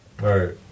Right